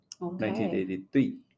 1983